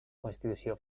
constitució